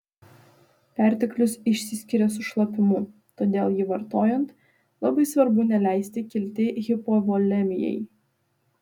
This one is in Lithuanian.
perteklius išsiskiria su šlapimu todėl jį vartojant labai svarbu neleisti kilti hipovolemijai